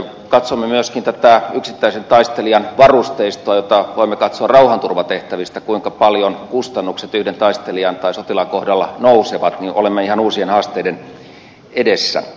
kun katsomme myöskin tätä yksittäisen taistelijan varusteistoa jota voimme katsoa rauhanturvatehtävistä kuinka paljon kustannukset yhden sotilaan kohdalla nousevat niin olemme ihan uusien haasteiden edessä